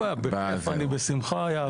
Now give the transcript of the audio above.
אין בעיה, בכיף, אני בשמחה אעביר.